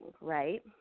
right